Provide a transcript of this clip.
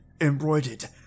embroidered